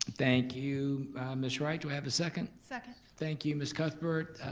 thank you ms. wright, do i have a second? second. thank you ms. cuthbert,